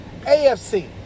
AFC